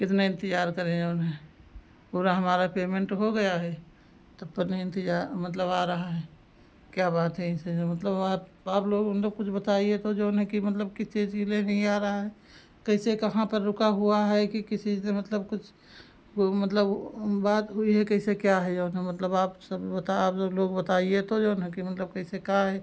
कितना इंतजार करें जो है पूरा हमारा पेमेन्ट हो गया है तब पर नहीं इंतजार मतलब आ रहा है क्या बात है ऐसे ऐसे मतलब वह आप लोग मतलब कुछ बताइए तो जो है कि मतलब किस चीज़ के लिए नहीं आ रहा है कैसे कहाँ पर रुका हुआ है कि किसी से मतलब कुछ वह मतलब बात हुई है कैसे क्या है जो है मतलब आप सब बता आप लोग बताइए तो जो है कि मतलब कैसे क्या है